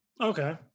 Okay